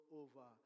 over